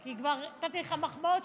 כי כבר נתתי לך מחמאות.